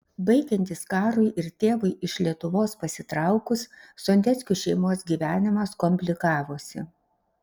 baigiantis karui ir tėvui iš lietuvos pasitraukus sondeckių šeimos gyvenimas komplikavosi